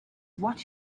what